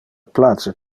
place